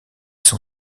son